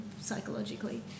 psychologically